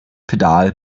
pedal